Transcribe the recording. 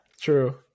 true